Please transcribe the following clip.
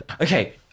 Okay